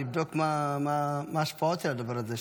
לבדוק מה ההשפעות של הדבר הזה,